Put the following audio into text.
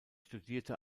studierte